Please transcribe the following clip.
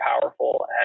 powerful